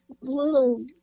little